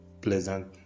pleasant